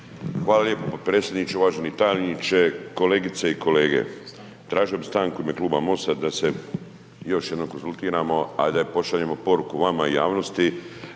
(MOST)** Potpredsjedniče, uvaženi tajniče, kolegice i kolege. Tražio bi stanku u ime kluba MOST-a da se još jednom konzultiramo a da pošaljemo poruku vama i javnosti